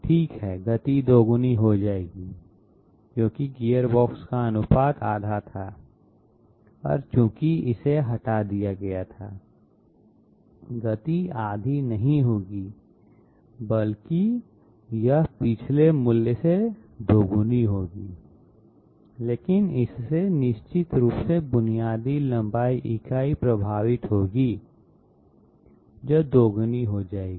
ठीक है गति दोगुनी हो जाएगी क्योंकि गियरबॉक्स का अनुपात आधा था और चूंकि इसे हटा दिया गया था गति आधी नहीं होगी बल्कि यह पिछले मूल्य से दोगुनी होगी लेकिन इससे निश्चित रूप से बुनियादी लंबाई इकाई प्रभावित होगी जो दोगुनी हो जाएगी